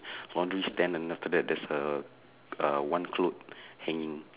laundry stand then after there's a uh one clothe~ hanging